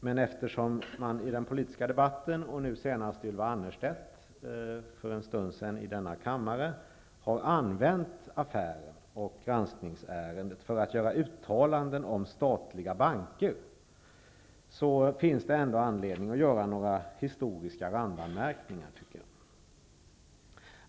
Men eftersom man i den politiska debatten -- senast Ylva har använt affären och granskningsärendet för att göra uttalanden om statliga banker, tycker jag att det finns anledning att göra några historiska randanmärkningar.